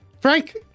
Frank